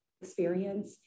experience